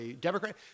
Democrat